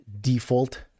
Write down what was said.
default